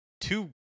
two